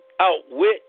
outwit